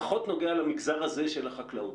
פחות נוגע למגזר הזה של החקלאות.